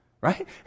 right